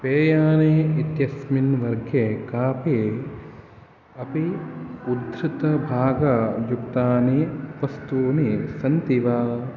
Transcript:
पेयानि इतस्मिन् वर्गे कापि अपि उद्धृतभागयुक्तानि वस्तूनि सन्ति वा